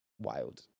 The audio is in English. wild